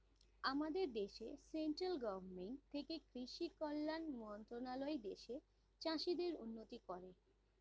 আমাদের দেশে central government থেকে কৃষি কল্যাণ মন্ত্রণালয় দেশের চাষীদের উন্নতি করে